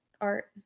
art